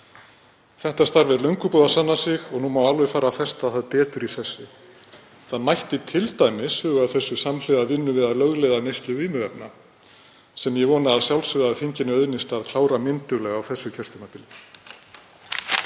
Þetta starf er löngu búið að sanna sig og nú má alveg fara að festa það betur í sessi. Það mætti t.d. huga að þessu samhliða vinnu við að lögleiða neyslu vímuefna, sem ég vona að sjálfsögðu að þinginu auðnist að klára mynduglega á þessu kjörtímabili.